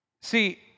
See